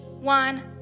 one